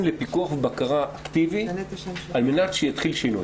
לפיקוח ובקרה אקטיבית על מנת שיתחיל שינוי.